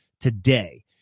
today